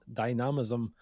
dynamism